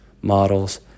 models